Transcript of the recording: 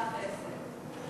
כך אעשה.